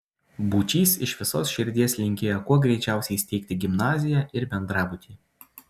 būčys iš visos širdies linkėjo kuo greičiausiai steigti gimnaziją ir bendrabutį